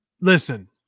listen